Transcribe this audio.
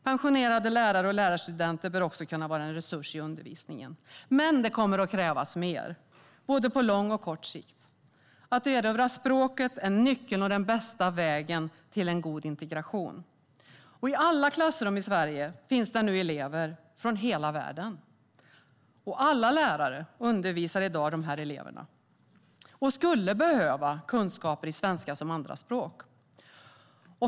Pensionerade lärare och lärarstudenter bör också kunna vara en resurs i undervisningen. Men det kommer att krävas mer, både på lång och kort sikt. Att erövra språket är nyckeln och den bästa vägen till en god integration. I alla klassrum i Sverige finns nu elever från hela världen. Alla lärare undervisar i dag dessa elever och skulle behöva kunskaper i svenska som andraspråk.